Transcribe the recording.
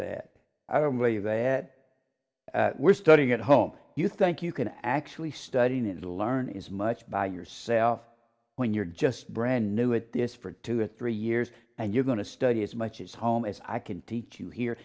that i don't believe that we're studying at home you think you can actually studying it learn is much by yourself when you're just brand new at this for two or three years and you're going to study as much as home as i can teach you here